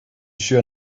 sure